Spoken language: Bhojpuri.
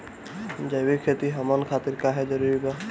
जैविक खेती हमन खातिर काहे जरूरी बा?